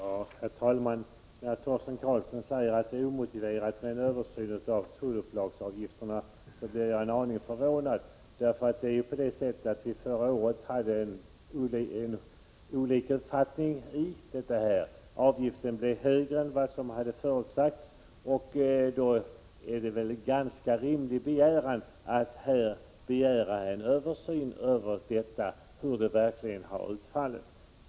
Herr talman! När Torsten Karlsson säger att det är omotiverat med en översyn av tullupplagsavgifterna blir jag en aning förvånad. Det är nämligen på det sättet att vi förra året hade olika uppfattning, och avgiften blev högre än vad som hade förutsagts. Då är det väl ganska rimligt att begära en översyn av hur avgiftssystemet har utfallit.